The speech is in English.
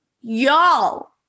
y'all